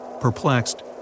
Perplexed